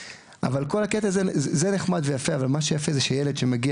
זה נחמד ויפה אבל מה שיפה זה ילד שמגיע